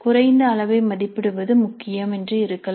குறைந்த அளவை மதிப்பிடுவது முக்கியம் என்று இருக்கலாம்